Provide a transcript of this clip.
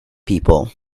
people